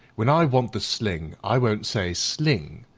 when i want the sling, i won't say sling,